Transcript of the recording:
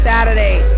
Saturday